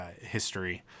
history